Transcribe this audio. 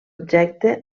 objecte